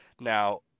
Now